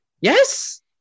Yes